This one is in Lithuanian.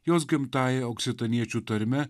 jos gimtąja oksitaniečių tarme